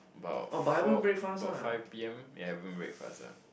about four about five P_M yeah haven't break fast ah